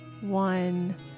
one